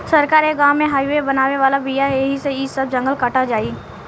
सरकार ए गाँव में हाइवे बनावे वाला बिया ऐही से इ सब जंगल कटा जाई